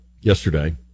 yesterday